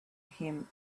him